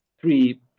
three